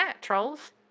trolls